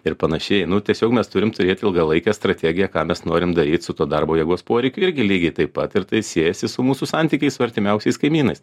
ir panašiai nu tiesiog mes turim turėt ilgalaikę strategiją ką mes norim daryt su tuo darbo jėgos poreikiu irgi lygiai taip pat ir tai siejasi su mūsų santykiais su artimiausiais kaimynais